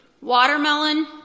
watermelon